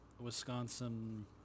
Wisconsin